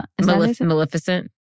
Maleficent